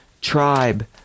tribe